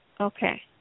Okay